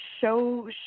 show